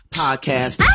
podcast